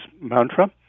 mantra